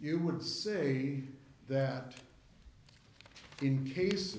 you would say that in case